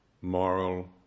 moral